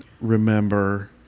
remember